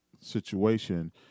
situation